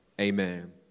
Amen